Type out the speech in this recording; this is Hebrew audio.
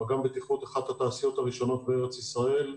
"מגם בטיחות" היא אחת התעשיות הראשונות בארץ ישראל,